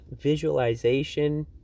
visualization